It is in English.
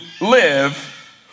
live